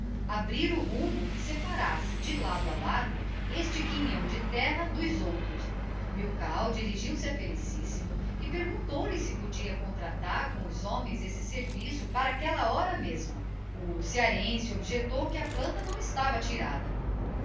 abrir o rumo que separasse de lado a lado este quinhão de terra dos outros milkau dirigiu-se a felicíssimo e perguntou-lhe si podia contractar com os homens esse serviço para aquella hora mesma o cearense objectou que a planta não estava tirada